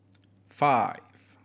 five